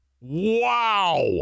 Wow